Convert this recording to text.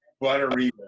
buttery